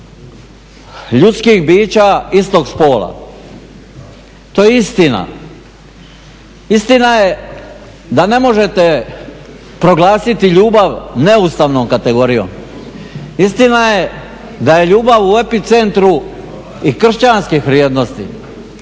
ljudskih bića istog spola. To je istina. Istina je da ne možete proglasiti ljubav neustavnom kategorijom. Istina je da je ljubav u epicentru i kršćanskih vrijednosti.